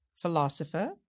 Philosopher